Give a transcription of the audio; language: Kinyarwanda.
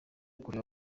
kureba